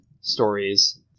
stories